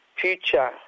future